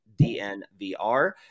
DNVR